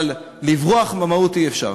אבל לברוח מהמהות אי-אפשר.